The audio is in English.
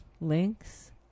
Links